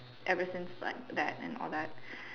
ever since like that and all that